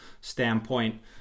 standpoint